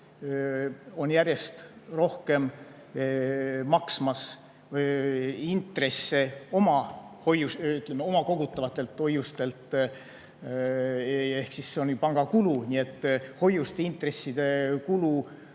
järjest rohkem intresse oma kogutavatelt hoiustelt. Ehk siis see on ju panga kulu. Nii et hoiuste intressikulu